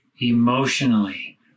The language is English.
emotionally